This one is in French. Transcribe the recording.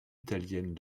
italienne